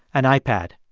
an ipad.